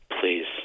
Please